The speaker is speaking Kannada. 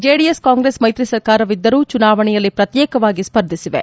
ಜೆಡಿಎಸ್ ಕಾಂಗ್ರೆಸ್ ಮೈತ್ರಿ ಸರ್ಕಾರವಿದ್ದರೂ ಚುನಾವಣೆಯಲ್ಲಿ ಪ್ರತ್ಯೇಕವಾಗಿ ಸ್ವರ್ಧಿಸಿವೆ